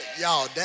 Y'all